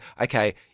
okay